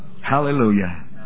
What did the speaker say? Hallelujah